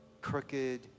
crooked